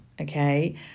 okay